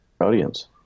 audience